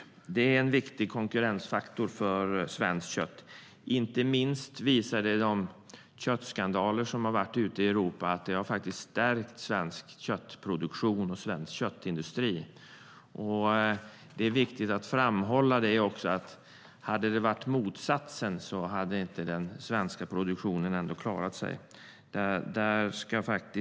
Det är en viktig konkurrensfaktor för svenskt kött. Inte minst har de köttskandaler som har skett ute i Europa visat sig stärka svensk köttproduktion och svensk köttindustri. Det är viktigt att framhålla att om det hade varit motsatsen skulle inte den svenska produktionen ha klarat sig.